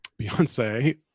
beyonce